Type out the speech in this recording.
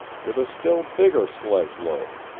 with a still bigger sledge-load.